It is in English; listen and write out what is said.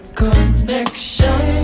connection